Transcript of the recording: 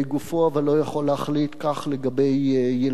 אבל לא יכול להחליט כך לגבי ילדיו,